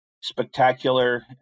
spectacular